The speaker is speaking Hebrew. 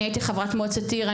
הייתי חברת מועצת עיר,